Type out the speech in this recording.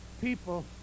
people